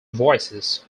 voices